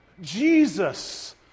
Jesus